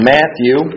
Matthew